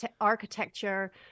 architecture